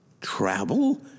travel